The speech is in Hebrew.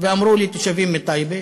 ואמרו לי תושבים מתמרה,